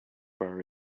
bar